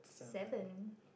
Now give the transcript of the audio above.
seven